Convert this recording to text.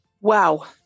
Wow